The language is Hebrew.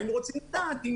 אם